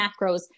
macros